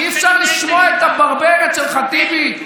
אי-אפשר לשמוע את הברברת שלך, טיבי.